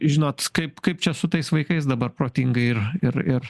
žinot kaip kaip čia su tais vaikais dabar protingai ir ir ir